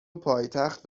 پایتخت